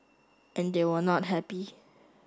and they were not happy